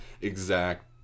exact